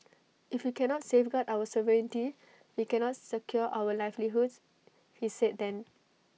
if we cannot safeguard our sovereignty we cannot secure our livelihoods he said then